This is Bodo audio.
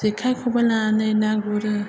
जेखाइ खबाइ लानानै ना गुरो